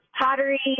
pottery